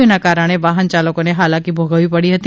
જેના કારણે વાહનચાલકોને હાલાકી ભોગવવી પડી હતી